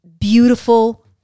beautiful